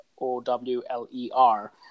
O-W-L-E-R